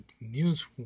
news